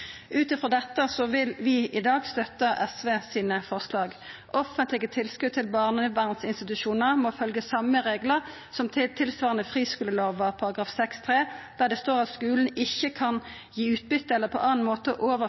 Ut frå dette vil vi i dag støtta SV sine forslag. Offentlege tilskot til barnevernsinstitusjonar må følgja tilsvarande reglar som i friskolelova § 6-3, der det står at skulen ikkje kan gi utbytte eller på annan måte